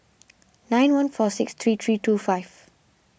nine one four six three three two five